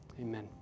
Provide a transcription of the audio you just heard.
Amen